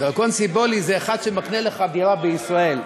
דרכון סימבולי זה אחד שמקנה לך דירה בישראל.